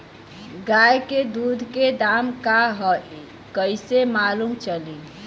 गाय के दूध के दाम का ह कइसे मालूम चली?